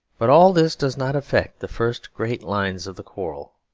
but all this does not affect the first great lines of the quarrel,